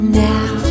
now